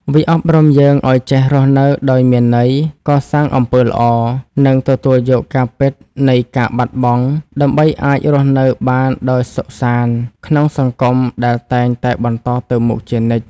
វាអប់រំយើងឲ្យចេះរស់នៅដោយមានន័យ កសាងអំពើល្អ និងទទួលយកការពិតនៃការបាត់បង់ ដើម្បីអាចរស់នៅបានដោយសុខសាន្តក្នុងសង្គមដែលតែងតែបន្តទៅមុខជានិច្ច។